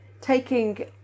taking